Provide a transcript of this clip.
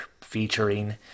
featuring